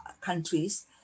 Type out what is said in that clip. countries